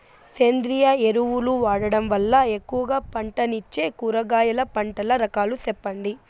సేంద్రియ ఎరువులు వాడడం వల్ల ఎక్కువగా పంటనిచ్చే కూరగాయల పంటల రకాలు సెప్పండి?